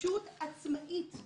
ישות עצמאית,